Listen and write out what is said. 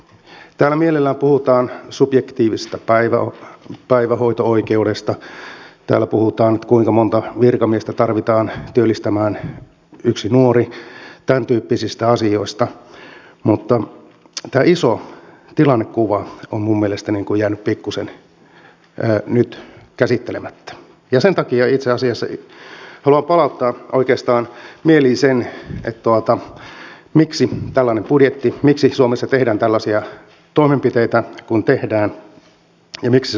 täällä mielellään puhutaan subjektiivisesta päivähoito oikeudesta täällä puhutaan kuinka monta virkamiestä tarvitaan työllistämään yksi nuori tämäntyyppisistä asioista mutta tämä iso tilannekuva on minun mielestäni jäänyt pikkusen nyt käsittelemättä ja sen takia itse asiassa haluan palauttaa oikeastaan mieliin sen miksi on tällainen budjetti miksi suomessa tehdään tällaisia toimenpiteitä kuin tehdään ja miksi se on tarpeellista